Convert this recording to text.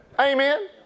Amen